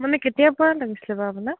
মানে কেতিয়াৰপৰা লাগিছিলে বাৰু আপোনাক